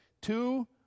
two